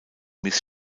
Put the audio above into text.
miss